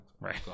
Right